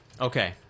Okay